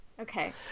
Okay